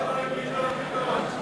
ההצעה להעביר את הצעת חוק התכנון והבנייה